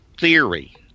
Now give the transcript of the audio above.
theory